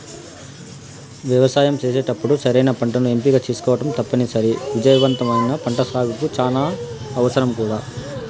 వ్యవసాయం చేసేటప్పుడు సరైన పంటను ఎంపిక చేసుకోవటం తప్పనిసరి, విజయవంతమైన పంటసాగుకు చానా అవసరం కూడా